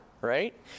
right